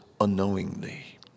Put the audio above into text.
unknowingly